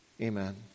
amen